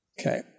Okay